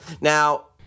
Now